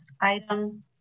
item